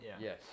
Yes